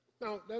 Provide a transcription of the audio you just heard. Now